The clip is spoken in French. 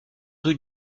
rue